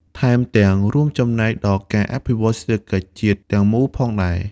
ថែមទាំងរួមចំណែកដល់ការអភិវឌ្ឍសេដ្ឋកិច្ចជាតិទាំងមូលផងដែរ។